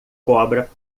cobra